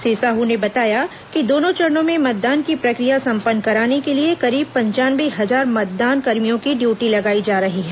श्री साह ने बताया कि दोनों चरणों में मतदान की प्रक्रिया संपन्न कराने के लिए करीब पंचानवे हजार मतदान कर्मियों की ड्यूटी लगाई जा रही है